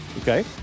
Okay